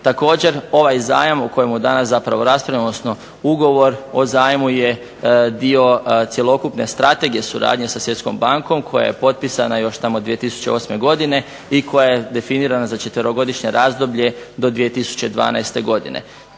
Također ovaj zajam o kojem danas raspravljamo odnosno Ugovor o zajmu je dio cjelokupne strategije suradnje sa Svjetskom bankom koja je potpisana još tamo 2008. godine i koja je definirana za četverogodišnje razdoblje do 2012. godine.